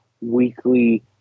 weekly